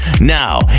Now